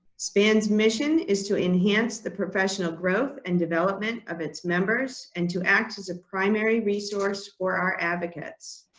span's mission is to enhance the professional growth and development of its members and to act as a primary resource for our advocates.